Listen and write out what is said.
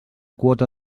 quota